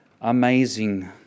amazing